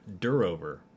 Durover